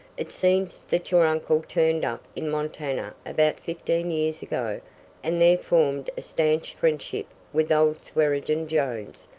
it seems that your uncle turned up in montana about fifteen years ago and there formed a stanch friendship with old swearengen jones,